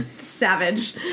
Savage